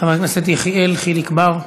חבר הכנסת יחיאל חיליק בר,